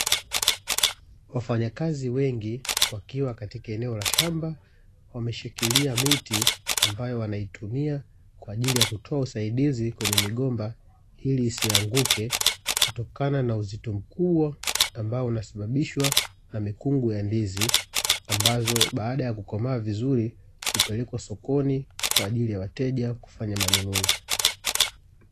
Wafanyakazi wengi wakiwa katika eneo la shamba, wameshikilia miti ambayo wanaitumia kwa ajili ya kutoa usaidizi kwenye migomba ili isianguke kutokana na uzito mkubwa ambao unasababishwa na mikungu ya ndizi; ambazo baada ya kukomaa vizuri hupelekwa sokoni kwa ajili ya wateja kufanya manunuzi.